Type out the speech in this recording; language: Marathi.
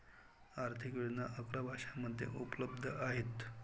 आर्थिक योजना अकरा भाषांमध्ये उपलब्ध आहेत